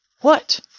What